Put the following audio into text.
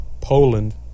Poland